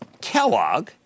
Kellogg